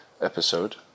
episode